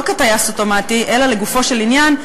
לא כטייס אוטומטי אלא לגופו של עניין,